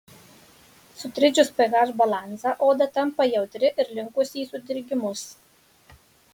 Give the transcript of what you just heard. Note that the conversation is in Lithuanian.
sutrikdžius ph balansą oda tampa jautri ir linkusi į sudirgimus